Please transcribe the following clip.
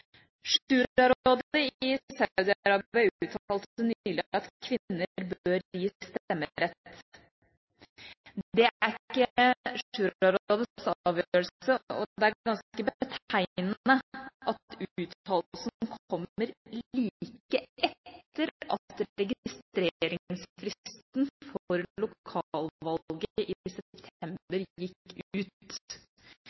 at kvinner bør gis stemmerett. Det er ikke Shura-rådets avgjørelse, og det er ganske betegnende at uttalelsen kom like etter at registreringsfristen for lokalvalget i